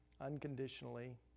unconditionally